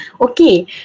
Okay